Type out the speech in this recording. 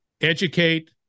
educate